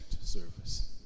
service